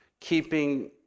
keeping